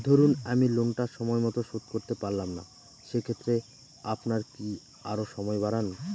ধরুন আমি লোনটা সময় মত শোধ করতে পারলাম না সেক্ষেত্রে আপনার কি আরো সময় বাড়ান?